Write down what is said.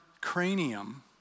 cranium